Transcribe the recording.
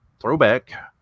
Throwback